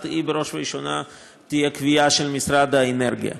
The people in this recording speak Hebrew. היא בראש ובראשונה תהיה קביעה של משרד האנרגיה.